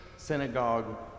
synagogue